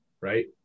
right